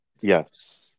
Yes